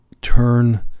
turn